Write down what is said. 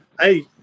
hey